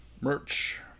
merch